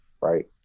right